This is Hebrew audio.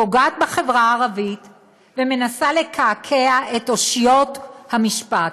פוגעת בחברה הערבית ומנסה לקעקע את אושיות המשפט,